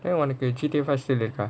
உனக்கு:unnakku G_T_A still இருக்க:irukka